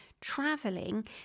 traveling